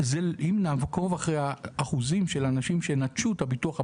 אם נעקוב אחר האחוזים שנטשו את הביטוח הפרטי,